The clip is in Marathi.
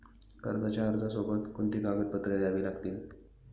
कर्जाच्या अर्जासोबत कोणती कागदपत्रे द्यावी लागतील?